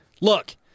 Look